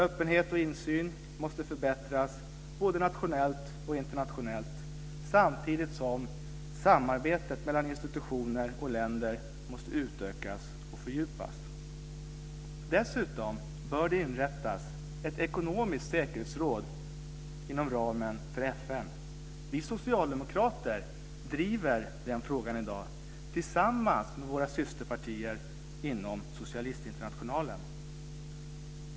Öppenhet och insyn måste förbättras både nationellt och internationellt samtidigt som samarbetet mellan institutioner och länder måste utökas och fördjupas. Dessutom bör det inrättas ett ekonomiskt säkerhetsråd inom ramen för FN. Vi socialdemokrater driver den frågan i dag, tillsammans med våra systerpartier inom socialistinternationalen.